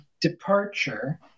departure